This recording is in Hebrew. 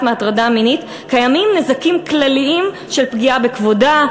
מהטרדה מינית קיימים נזקים כלליים של פגיעה בכבודה,